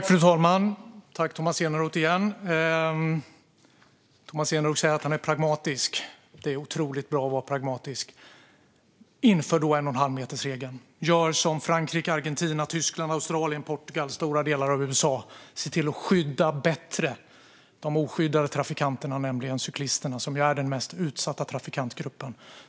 Fru talman! Tack, Tomas Eneroth, igen! Tomas Eneroth säger att han är pragmatisk. Det är otroligt bra att vara pragmatisk. Inför då 1,5-metersregeln! Gör som Frankrike, Argentina, Tyskland, Australien, Portugal och stora delar av USA och se till att bättre skydda de oskyddade trafikanterna, nämligen cyklisterna som är den mest utsatta trafikantgruppen!